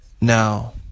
Now